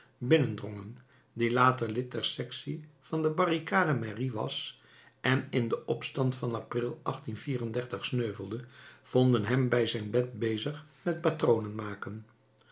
binnendrongen die later lid der sectie van de barricade merry was en in den opstand van april sneuvelde vonden hem bij zijn bed bezig met patronen maken